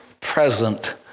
present